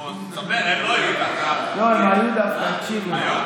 נו, אז תספר, לא, הם היו דווקא, הקשיבו.